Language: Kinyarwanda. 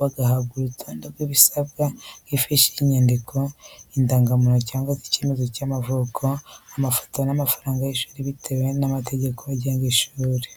bagahabwa urutonde rw’ibisabwa nk’ifishi y’iyandikwa, indangamuntu cyangwa icyemezo cy’amavuko, amafoto n’amafaranga y’ishuri bitewe n’amategeko agenga ishuri.